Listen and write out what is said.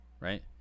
right